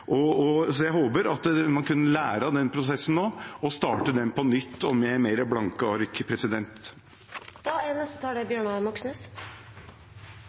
Jeg håper at man kan lære av den prosessen nå og starte den på nytt med blanke ark.